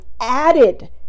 added